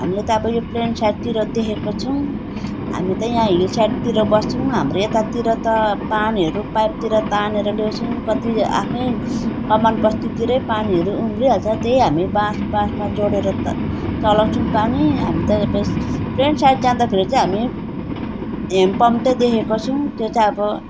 हामीले त अब यो प्लेन साइडतिर देखेको छौँ हामी त यहाँ हिल साइडतिर बस्छौँ हाम्रो यतातिर त पानीहरू पाइपतिर तानेर ल्याउछौँ कति आफ्नै कमान बस्तीतिरै पानीहरू उम्रिहाल्छ त्यही हामी बाँस बाँसमा जोडेर त चलाउँछौँ पानी हामी त प्लेन साइड जाँदाखेरि चाहिँ हामी हेन्ड पम्प चाहिँ देखेको छौँ त्यो चाहिँ अब